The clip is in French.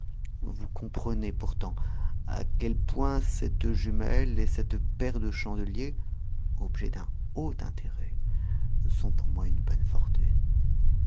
vous comprenez pourtant à quel point cette jumelle et cette paire de chandeliers objets d'un haut intérêt sont pour moi une bonne fortune